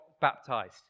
baptized